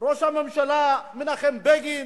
ראש הממשלה מנחם בגין